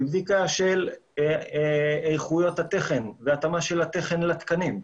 היא בדיקה של איכויות התכן והתאמה של התכן לתקנים,